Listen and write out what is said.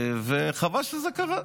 וחבל שזה קרה.